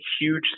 huge